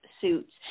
suits